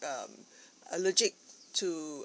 uh allergic to